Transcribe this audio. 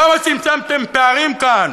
כמה צמצמתם פערים כאן?